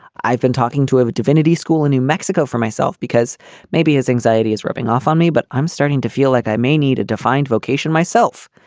i've been talking to a divinity school in new mexico for myself because maybe his anxiety is rubbing off on me, but i'm starting to feel like i may need a defined vocation myself.